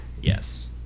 Yes